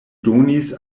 donis